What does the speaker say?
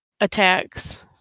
attacks